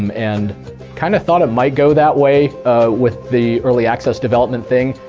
um and kind of thought it might go that way with the early access development thing.